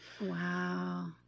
Wow